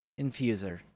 infuser